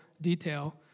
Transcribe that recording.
detail